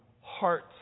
hearts